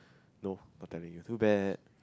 no not telling you too bad